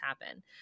happen